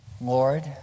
Lord